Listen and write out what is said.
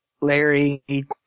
Larry